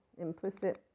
implicit